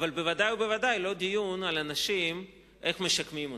אך ודאי וודאי לא דיון על אנשים, איך משקמים אותם.